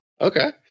okay